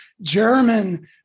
German